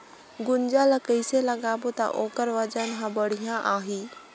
गुनजा ला कइसे लगाबो ता ओकर वजन हर बेडिया आही?